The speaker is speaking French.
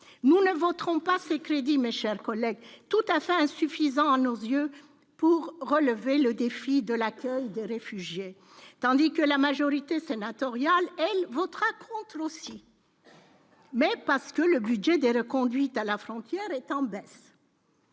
nous ne voterons pas ces crédits Himachal collègues tout à fait insuffisant à nos yeux, pour relever le défi de l'accueil de réfugiés, tandis que la majorité sénatoriale, elle votera contre aussi. Mais parce que le budget des reconduites à la frontière est en baisse.